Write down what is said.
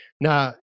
Now